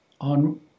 on